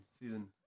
Season